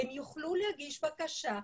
הם יוכלו להגיש בקשה,